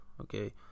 okay